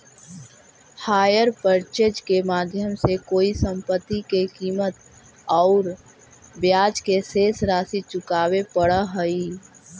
hire purchase के माध्यम से कोई संपत्ति के कीमत औउर ब्याज के शेष राशि चुकावे पड़ऽ हई